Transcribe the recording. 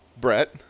Brett